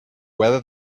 weather